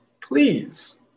please